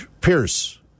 Pierce